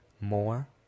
more